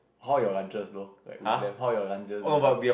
how your lunches though like with them how your lunches with them